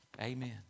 Amen